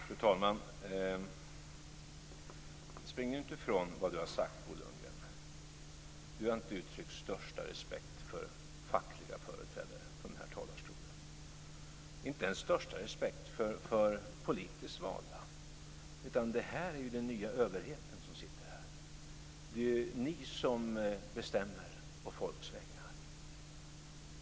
Fru talman! Bo Lundgren ska inte springa ifrån vad han har sagt. Han har inte uttryckt största respekt för fackliga företrädare från denna talarstol - inte ens för politiskt valda. Det är den nya överheten som sitter här. Det är ni som bestämmer å folks vägnar.